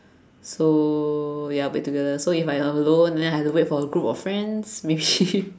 so ya we together so if I'm alone and then I have to wait for a group of friends maybe